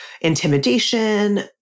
intimidation